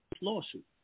lawsuit